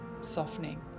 softening